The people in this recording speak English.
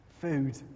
food